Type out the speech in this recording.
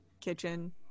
kitchen